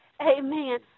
amen